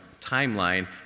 timeline